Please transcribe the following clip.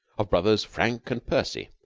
of brothers frank and percy,